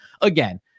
Again